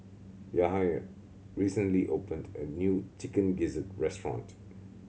Yahir recently opened a new Chicken Gizzard restaurant